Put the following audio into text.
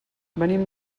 venim